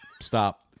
Stop